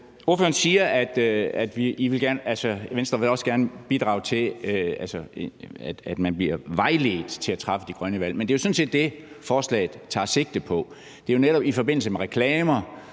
Ordføreren siger, at Venstre også gerne vil bidrage til, at man bliver vejledt til at træffe de grønne valg, men det er jo sådan set det, forslaget tager sigte på. Det er jo netop i forbindelse med reklamer,